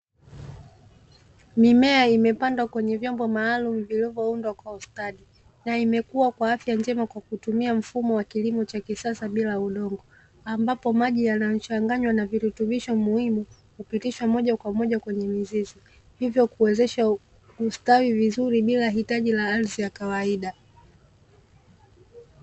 Mimea imepandwa kwenye vyombo maaalumu vilivyoundwa kwa ustadi, na imekua kwa afya njema kwa kutumia mfumo wa kilimo cha kisasa bila udongo, ambapo maji yanayochanganywa na viritubisho muhimu hupitishwa moja kwa moja kwenye mizizi, hivyo kuwezasha kustawi vizuri bila uwepo wa ardhi ya kawaida.